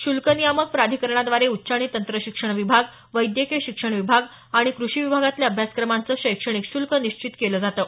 श्ल्क नियामक प्राधिकरणाद्वारे उच्च आणि तंत्रशिक्षण विभाग वैद्यकीय शिक्षण विभाग आणि कृषी विभागातल्या अभ्यासक्रमांचं शैक्षणिक श्रल्क निश्चित केलं जातं